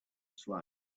slow